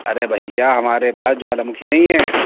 ارے بھیا ہمارے پاس جوالا مکھی نہیں ہے